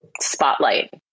spotlight